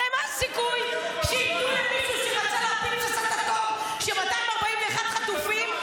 הרי מה הסיכוי שייתנו למישהו שרצה להפיל פצצת אטום כש-241 חטופים,